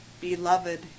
Beloved